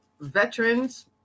veterans